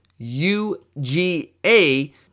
uga